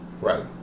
Right